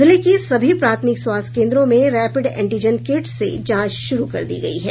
जिले की सभी प्राथमिक स्वास्थ्य केन्द्रों में रैपिड एंटीजन किट्स से जांच शुरू कर दी गयी है